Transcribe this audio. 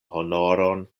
honoron